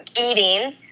eating